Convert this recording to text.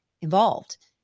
involved